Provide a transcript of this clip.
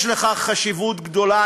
יש לכך חשיבות גדולה,